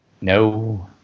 No